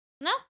No